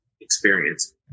experience